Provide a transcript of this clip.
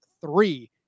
three